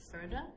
further